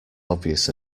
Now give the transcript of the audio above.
obvious